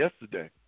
yesterday